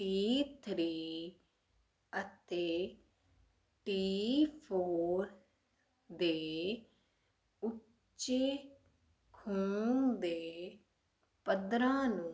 T three ਅਤੇ T four ਦੇ ਉੱਚੇ ਖੂਨ ਦੇ ਪੱਧਰਾਂ ਨੂੰ